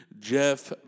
Jeff